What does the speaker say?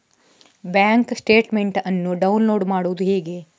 Bank statement ಅನ್ನು download ಮಾಡುವುದು ಹೇಗೆ?